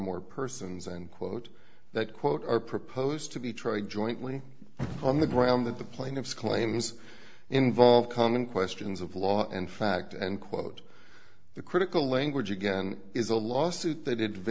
more persons and quote that quote are proposed to be tried jointly on the ground that the plaintiff's claims involve common questions of law and fact and quote the critical language again is a lawsuit they did